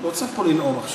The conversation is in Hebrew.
לא צריך פה לנאום עכשיו.